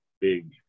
big